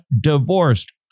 divorced